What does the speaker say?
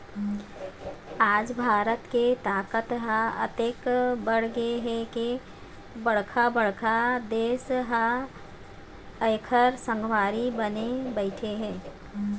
आज भारत के ताकत ह अतेक बाढ़गे हे के बड़का बड़का देश ह एखर संगवारी बने बइठे हे